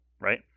right